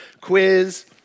quiz